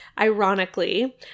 ironically